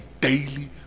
daily